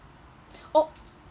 oh